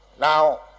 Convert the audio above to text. Now